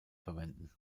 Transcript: verwenden